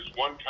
One